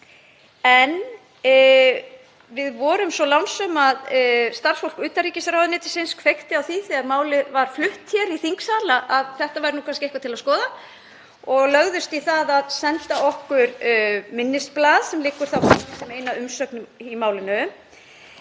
Við vorum svo lánsöm að starfsfólk utanríkisráðuneytisins kveikti á því þegar málið var flutt hér í þingsal að þetta væri kannski eitthvað til að skoða og lagðist í það að senda okkur minnisblað, sem er ein af umsögnunum í málinu.